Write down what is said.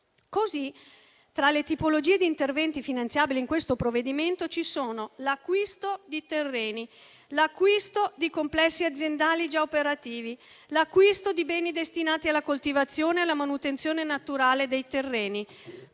Così, tra le tipologie di interventi finanziabili in questo provvedimento ci sono l'acquisto di terreni, l'acquisto di complessi aziendali già operativi, l'acquisto di beni destinati alla coltivazione e alla manutenzione naturale dei terreni: